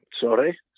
Sorry